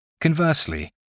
Conversely